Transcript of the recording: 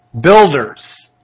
builders